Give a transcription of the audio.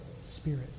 spirit